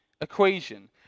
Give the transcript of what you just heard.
equation